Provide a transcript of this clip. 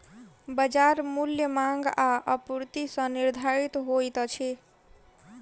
बजार मूल्य मांग आ आपूर्ति सॅ निर्धारित होइत अछि